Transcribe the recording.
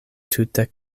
tute